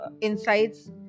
insights